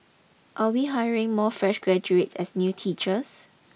are we hiring more fresh graduates as new teachers